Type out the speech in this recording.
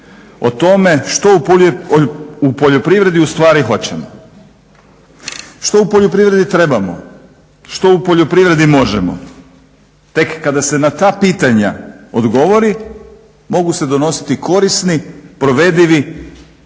o tome što u poljoprivredi ustvari hoćemo. Što u poljoprivredi trebamo? Što u poljoprivredi možemo? Tek kada se na ta pitanja odgovori mogu se odnositi korisni, provedivi